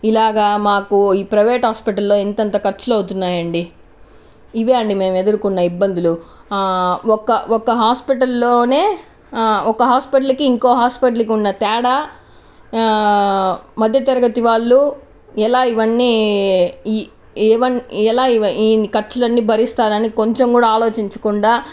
ఇలాగా మాకు ఈ ప్రవేట్ హాస్పిటల్లో ఇంతింత ఖర్చులు అవుతున్నాయండి ఇవే అండి మేము ఎదుర్కొన్న ఇబ్బందులు ఒక్క ఒక్క హాస్పిటల్ లోనే ఒక హాస్పిటల్కి ఇంకో హాస్పిటల్కి ఉన్న తేడా మధ్యతరగతి వాళ్లు ఎలా ఇవన్నీ ఈ ఇవి ఎలా ఇన్ని ఖర్చులన్నీ భరిస్తారు అని కొంచెం కూడా ఆలోచించకుండా